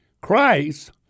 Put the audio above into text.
Christ